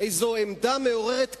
איזו עמדה מעוררת כבוד,